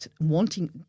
wanting